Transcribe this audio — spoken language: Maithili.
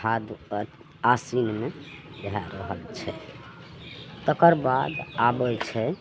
भाद पद आसिनमे भए रहल छै तकरबाद आबय छै